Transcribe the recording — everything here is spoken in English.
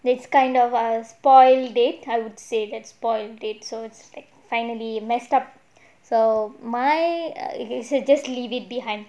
this kind of err spoiled date I would say that spoiled date so it's like finally messed up so my okay so just leave it behind